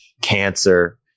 Cancer